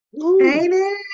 Amen